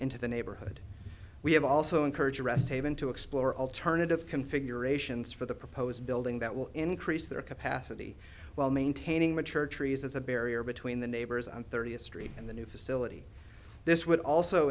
into the neighborhood we have also encourage rest haven to explore alternative configurations for the proposed building that will increase their capacity while maintaining mature trees as a barrier between the neighbors on thirtieth street and the new facility this would also